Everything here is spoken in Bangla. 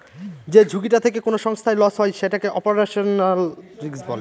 যে ঝুঁকিটা থেকে কোনো সংস্থার লস হয় সেটাকে অপারেশনাল রিস্ক বলে